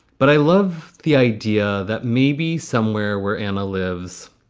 but i love the idea that maybe somewhere where anna lives,